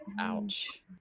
ouch